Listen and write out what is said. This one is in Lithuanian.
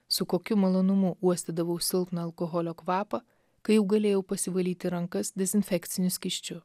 su kokiu malonumu uostydavau silpną alkoholio kvapą kai jau galėjau pasivalyti rankas dezinfekciniu skysčiu